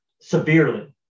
severely